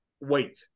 Wait